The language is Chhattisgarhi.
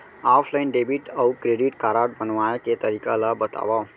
ऑफलाइन डेबिट अऊ क्रेडिट कारड बनवाए के तरीका ल बतावव?